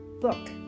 book